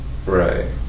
Right